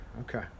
Okay